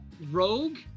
rogue